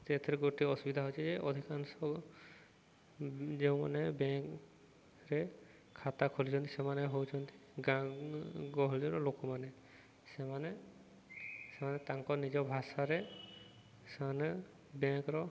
ଯେ ଏଥିରେ ଗୋଟଏ ଅସୁବିଧା ହେଉଛି ଯେ ଅଧିକାଂଶ ଯେଉଁମାନେ ବ୍ୟାଙ୍କରେ ଖାତା ଖୋଲିଛନ୍ତି ସେମାନେ ହେଉଛନ୍ତି ଗାଁ ଗହଳିର ଲୋକମାନେ ସେମାନେ ସେମାନେ ତାଙ୍କ ନିଜ ଭାଷାରେ ସେମାନେ ବ୍ୟାଙ୍କର